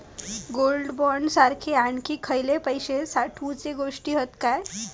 Gold bond सारखे आणखी खयले पैशे साठवूचे गोष्टी हत काय?